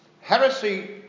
heresy